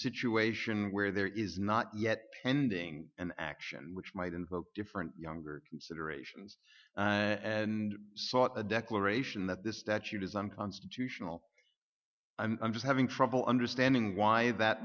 situation where there is not yet pending an action which might invoke different younger considerations and sought a declaration that this statute is unconstitutional i'm just having trouble understanding why that